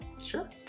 Sure